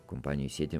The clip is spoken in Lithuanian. kompanijoj sėdim